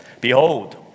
Behold